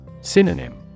Synonym